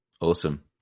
Awesome